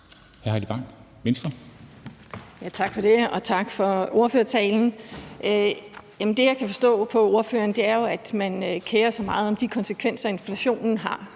Tak for det, og tak for ordførertalen. Det, jeg kan forstå på ordføreren, er jo, at man kerer sig meget om de konsekvenser, inflationen har,